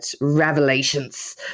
revelations